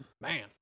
man